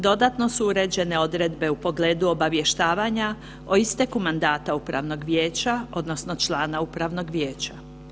Dodatno su uređene odredbe u pogledu obavještavanja, o isteku mandata upravnog vijeća, odnosno člana upravnog vijeća.